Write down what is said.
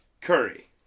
Curry